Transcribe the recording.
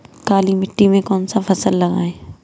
काली मिट्टी में कौन सी फसल लगाएँ?